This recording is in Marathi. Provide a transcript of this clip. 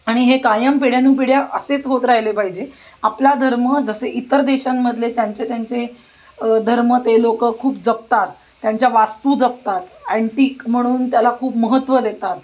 आणि हे कायम पिढ्यानुपिढ्या असेच होत राहिले पाहिजे आपला धर्म जसे इतर देशांमधले त्यांचे त्यांचे धर्म ते लोकं खूप जपतात त्यांच्या वास्तू जपतात अँटिक म्हणून त्याला खूप महत्त्व देतात